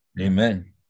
Amen